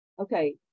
okay